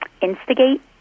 instigate